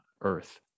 earth